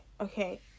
okay